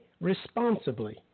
Responsibly